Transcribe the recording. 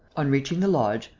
on reaching the lodge,